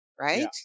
right